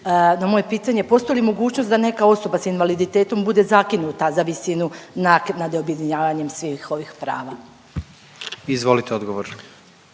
Moje pitanje postoji li mogućnost da neka osoba sa invaliditetom bude zakinuta za visinu naknade objedinjavanjem svih ovih prava? **Jandroković,